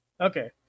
Okay